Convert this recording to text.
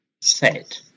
set